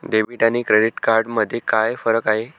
Debit आणि credit card मध्ये काय फरक आहे?